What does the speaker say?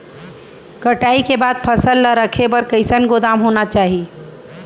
कटाई के बाद फसल ला रखे बर कईसन गोदाम होना चाही?